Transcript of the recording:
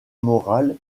morale